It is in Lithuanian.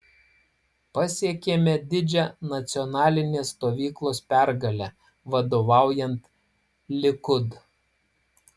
pasiekėme didžią nacionalinės stovyklos pergalę vadovaujant likud